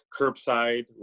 curbside